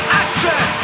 action